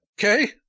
okay